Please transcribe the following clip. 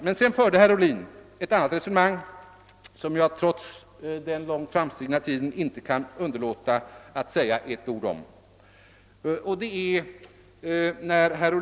Herr Ohlin förde sedan ett annat resonemang, som jag trots den långt framskridna tiden inte kan underlåta att säga några ord om.